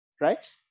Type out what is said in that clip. Right